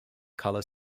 colour